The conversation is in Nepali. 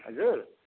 हजुर